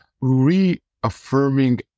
reaffirming